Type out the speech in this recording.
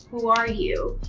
who are you?